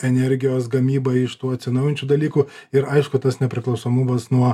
energijos gamyba iš tų atsinaujinčių dalykų ir aišku tas nepriklausomumas nuo